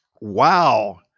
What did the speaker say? Wow